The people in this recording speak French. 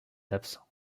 absent